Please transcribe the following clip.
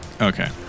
Okay